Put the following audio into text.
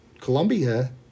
Colombia